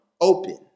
open